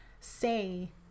say